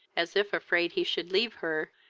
as if afraid he should leave her,